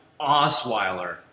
Osweiler